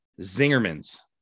Zingerman's